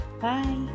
Bye